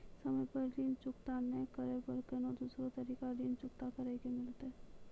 समय पर ऋण चुकता नै करे पर कोनो दूसरा तरीका ऋण चुकता करे के मिलतै?